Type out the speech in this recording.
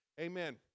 Amen